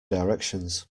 directions